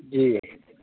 جی